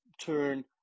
turn